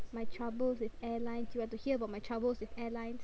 my troubles with airlines you had to hear about my troubles with airlines